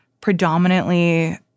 predominantly